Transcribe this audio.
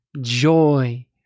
joy